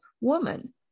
woman